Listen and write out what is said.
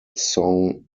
song